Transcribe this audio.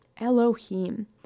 Elohim